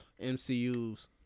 MCU's